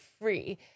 free